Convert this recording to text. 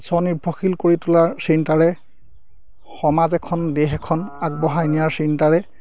স্ব নিৰ্ভৰশীল কৰি তোলাৰ চিন্তাৰে সমাজ এখন দেশ এখন আগবঢ়াই নিয়াৰ চিন্তাৰে